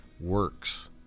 works